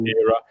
era